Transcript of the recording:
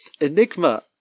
Enigma